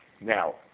Now